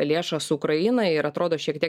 lėšas ukrainai ir atrodo šiek tiek